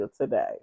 today